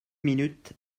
minutes